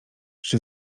czy